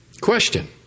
Question